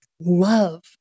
love